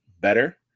better